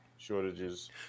Shortages